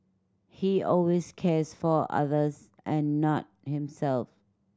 he always cares for others and not himself